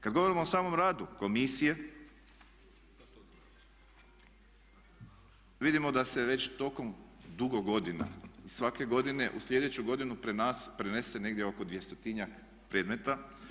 Kad govorimo o samom radu komisije vidimo da se već tokom dugo godina svake godine u sljedeću godinu prenese negdje oko 200-njak predmeta.